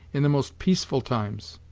in the most peaceful times?